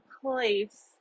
place